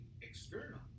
external